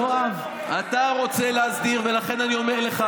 אתה רוצה להסדיר, ולכן אני אומר לך: